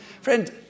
Friend